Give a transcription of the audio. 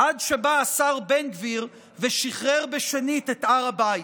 עד שבא השר בן גביר ושחרר שנית את הר הבית.